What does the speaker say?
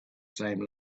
same